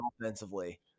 offensively